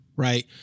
Right